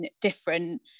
different